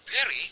Perry